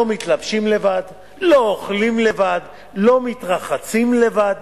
לא מתלבשים לבד, לא אוכלים לבד, לא מתרחצים לבד.